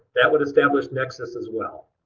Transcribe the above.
that would establish nexus as well.